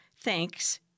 Thanks